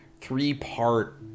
three-part